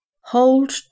Hold